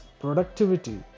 productivity